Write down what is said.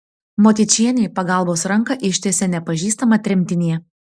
motiečienei pagalbos ranką ištiesė nepažįstama tremtinė